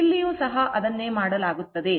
ಇಲ್ಲಿಯೂ ಸಹ ಅದನ್ನೇ ಮಾಡಲಾಗುತ್ತದೆ